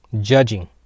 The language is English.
Judging